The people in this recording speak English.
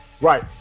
Right